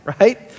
right